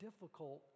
difficult